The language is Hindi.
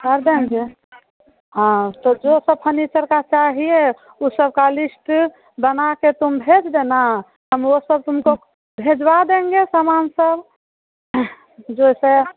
कर देंगे हाँ तो जो सब फर्नीचर का चाहिए उ सबका लिस्ट बना कर तुम भेज देना हम वह सब तुमको भेजवा देंगे समान सब जो सब